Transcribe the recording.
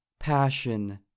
Passion